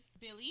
billy